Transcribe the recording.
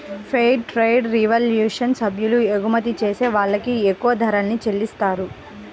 fair trade revolution సభ్యులు ఎగుమతి చేసే వాళ్ళకి ఎక్కువ ధరల్ని చెల్లిత్తారు